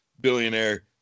billionaire